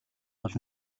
гол